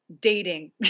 dating